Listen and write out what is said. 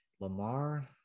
Lamar